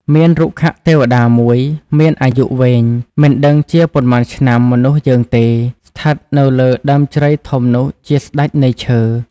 មានរុក្ខទេវតាមួយមានអាយុវែងមិនដឹងជាប៉ុន្មានឆ្នាំមនុស្សយើងទេ ស្ថិត នៅលើដើមជ្រៃធំនោះជាស្ដេចនៃឈើ ។